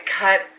cut